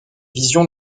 vision